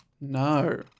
No